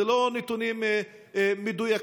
אלה לא נתונים מדויקים,